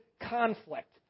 conflict